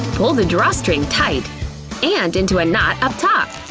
pull the drawstring tight and into a knot up top.